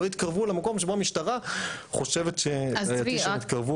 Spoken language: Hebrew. לא יתקרבו למקום שבו המשטרה חושבת שבעייתי שהם יתקרבו